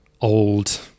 old